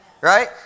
right